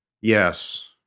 Yes